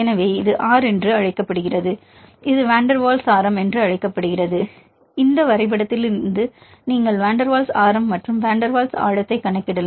எனவே இது R என்று அழைக்கப்படுகிறது இது வான் டெர் வால் ஆரம் என்று அழைக்கப்படுகிறது எனவே இந்த வரைபடத்திலிருந்து நீங்கள் வான் டெர் வால்ஸ் ஆரம் மற்றும் வான் டெர் வால்ஸ் ஆழத்தை கணக்கிடலாம்